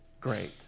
great